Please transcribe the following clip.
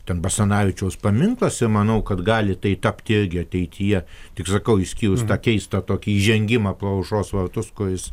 ten basanavičiaus paminklas ir manau kad gali tai tapt irgi ateityje tik sakau išskyrus tą keistą tokį įžengimą pro aušros vartus kuris